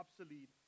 obsolete